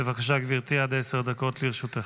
בבקשה, גברתי, עד עשר דקות לרשותך.